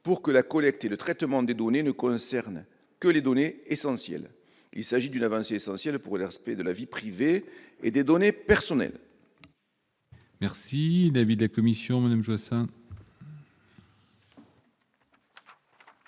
pour que la collecte et le traitement des données ne concernent que les données essentielles. Il s'agit d'une avancée importante pour le respect de la vie privée et des données personnelles. Quel est l'avis de la commission ? Cet